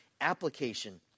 application